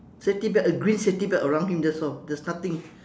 safety belt a green safety belt around him that's all there's nothing